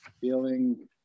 feeling